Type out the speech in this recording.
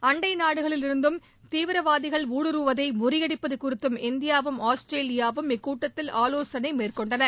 அண்டை நாடுகளில் இருந்தும் தீவிரவாதிகள் ஊடுருவுவதை முறியடிப்பது குறித்தும் இந்தியாவும் ஆஸ்திரேலியாவும் இக்கூட்டத்தில் ஆலோசனை மேற்கொண்டன